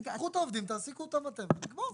אז קחו את העובדים, תעסיקו אותם אתם ונגמר.